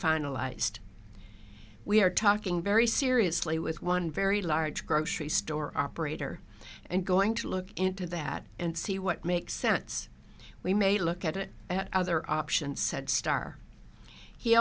finalised we are talking very seriously with one very large grocery store operator and going to look into that and see what makes sense we may look at it other option said star he